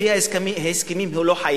לפי ההסכמים, הוא לא חייב.